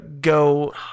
go